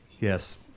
Yes